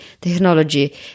technology